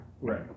Right